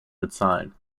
bezahlen